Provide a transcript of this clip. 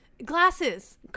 Glasses